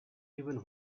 even